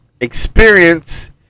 experience